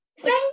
thank